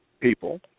people